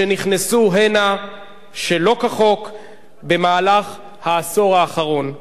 שנכנסו הנה שלא כחוק במהלך העשור האחרון.